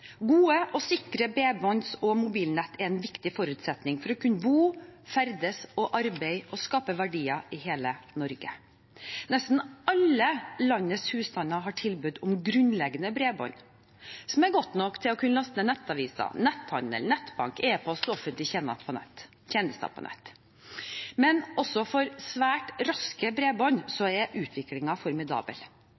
Gode og sikre bredbånds- og mobilnett er en viktig forutsetning for å kunne bo, ferdes og arbeide og skape verdier i hele Norge. Nesten alle landets husstander har tilbud om grunnleggende bredbånd som er godt nok til å kunne laste ned nettaviser, netthandel, nettbank, e-post og offentlige tjenester på nett. Utviklingen er formidabel for svært raske bredbånd.